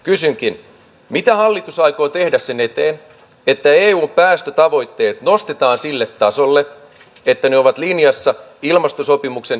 kysynkin mitä hallitus aikoo tehdä sen eteen ettei upäästötavoitteet nostetaan sille tasolle että ne ovat linjassa ilmastosopimuksen